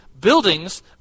buildings